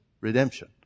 redemption